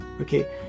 okay